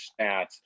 stats